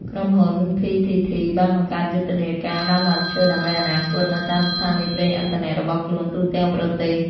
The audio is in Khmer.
ក្រុមហ៊ុន ភីធីធី (PTT ) បានបង្កើតយុទ្ធនាការ "ដាំដើមឈើដើម្បីអនាគត" នៅតាមស្ថានីយប្រេងឥន្ធនៈរបស់ខ្លួនទូទាំងប្រទេស។